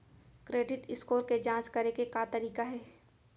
Credit score के जाँच करे के का तरीका हे?